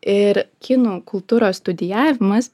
ir kinų kultūros studijavimas